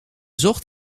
zocht